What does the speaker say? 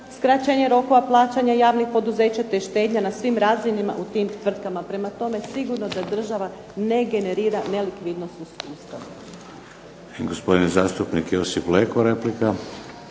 skraćenje rokova plaćanja javnih poduzeća te štednja na svim razinama u tim tvrtkama prema tome sigurno da država ne generira nelikvidnost sustava.